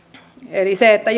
eli se että